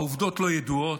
העובדות לא ידועות,